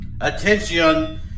attention